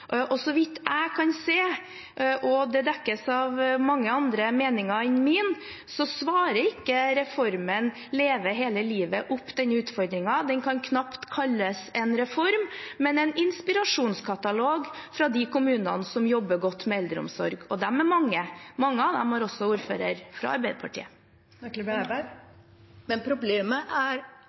Så vidt jeg kan se – og det dekkes av mange andre meninger enn min – svarer ikke reformen «Leve hele livet» på den utfordringen. Den kan knapt kalles en reform, men er mer en inspirasjonskatalog fra de kommunene som jobber godt med eldreomsorg. De er mange. Mange av dem har også ordfører fra Arbeiderpartiet. Problemet er at en god del kommuner ikke helt makter den oppgaven. Det er